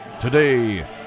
Today